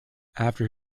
after